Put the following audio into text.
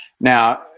now